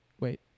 Wait